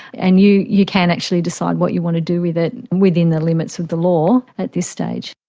and you you can actually decide what you want to do with it within the limits of the law at this stage.